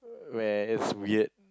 where it's weird